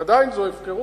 ועדיין זו הפקרות,